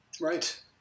Right